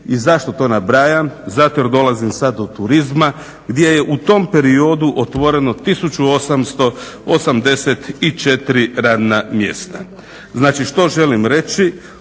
I zašto to nabrajam? Zato jer dolazim sad do turizma gdje je u tom periodu otvoreno 1884 radna mjesta. Znači što želim reći?